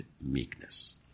meekness